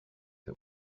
that